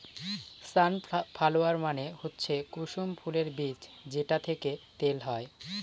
সান flower মানে হচ্ছে কুসুম ফুলের বীজ যেটা থেকে তেল হয়